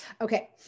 Okay